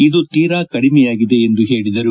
ಇದು ತೀರಾ ಕಡಿಮೆಯಾಗಿದೆ ಎಂದು ಹೇಳಿದರು